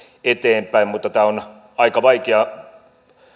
eteenpäin mutta tämä on aika vaikea